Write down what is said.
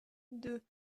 deux